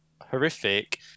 horrific